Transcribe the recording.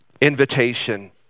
invitation